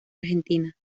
argentina